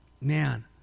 Man